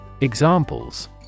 Examples